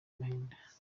agahinda